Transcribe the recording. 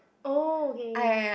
oh okay